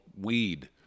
weed